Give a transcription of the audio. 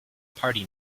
party